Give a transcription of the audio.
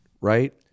right